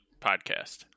podcast